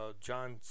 John